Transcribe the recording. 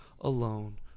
alone